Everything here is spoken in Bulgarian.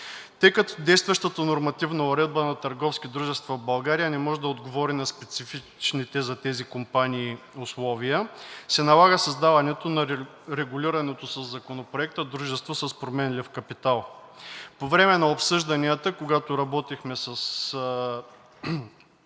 Тъй като действащата нормативна уредба на търговски дружества в България не може да отговори на специфичните за тези компании условия, се налага създаването на регулираното със Законопроекта дружество с променлив капитал. По време на обсъжданията, когато работихме с